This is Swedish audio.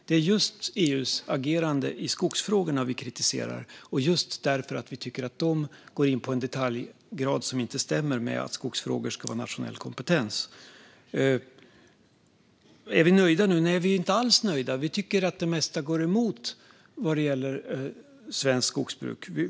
Det är just EU:s agerande i skogsfrågorna vi kritiserar, och det är just därför att vi tycker att de går in på en detaljgrad som inte stämmer med att skogsfrågor ska vara nationell kompetens. Är vi nöjda nu? Nej, vi är inte alls nöjda. Vi tycker att det mesta går emot svenskt skogsbruk.